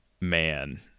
man